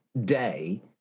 day